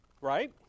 Right